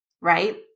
right